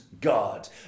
God